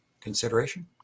consideration